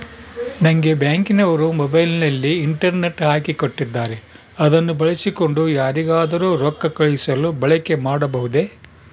ನಂಗೆ ಬ್ಯಾಂಕಿನವರು ಮೊಬೈಲಿನಲ್ಲಿ ಇಂಟರ್ನೆಟ್ ಹಾಕಿ ಕೊಟ್ಟಿದ್ದಾರೆ ಅದನ್ನು ಬಳಸಿಕೊಂಡು ಯಾರಿಗಾದರೂ ರೊಕ್ಕ ಕಳುಹಿಸಲು ಬಳಕೆ ಮಾಡಬಹುದೇ?